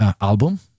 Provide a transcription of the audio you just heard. album